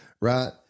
right